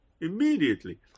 immediately